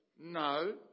No